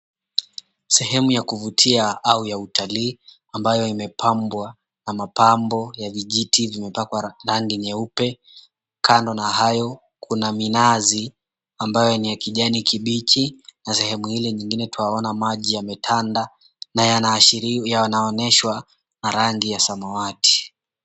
Sehemu ya kuvutia au ya utalii ambayo imepambwa na mapambo ya vijiti vimepakwa rangi nyeupe. Kando na hayo kuna minazi ambayo ni ya kijanikibichi na sehemu ile nyingine twaona maji yametanda na yana rangi yaonyeshwa na rangi ya samawati.